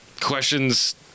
questions